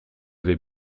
vais